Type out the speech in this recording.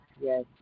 Yes